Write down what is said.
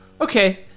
okay